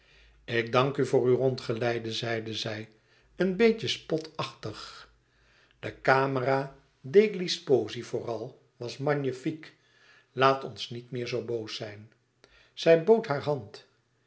ik dank u voor uw rondgeleide zeide zij een beetje spotachtig de camera degli sposi vooral was magnifique laat ons niet meer zoo boos zijn zij bood haar hand